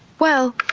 well,